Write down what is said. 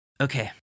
Okay